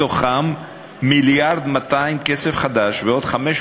מתוכם 1.2 מיליארד כסף חדש ועוד 500